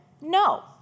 no